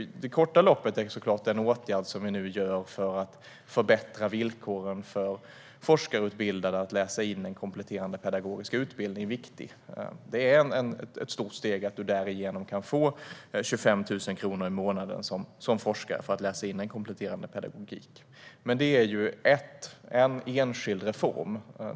I det korta loppet är såklart den åtgärd som vi nu vidtar för att förbättra villkoren för forskarutbildade att läsa in en kompletterande pedagogisk utbildning viktig. Det är ett stort steg att du därigenom kan få 25 000 kronor i månaden som forskare för att läsa in kompletterande pedagogik. Men det är en enskild reform.